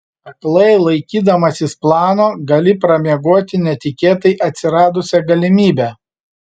aklai laikydamasis plano gali pramiegoti netikėtai atsiradusią galimybę